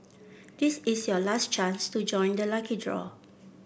this is your last chance to join the lucky draw